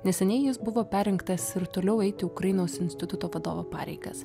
neseniai jis buvo perrinktas ir toliau eiti ukrainos instituto vadovo pareigas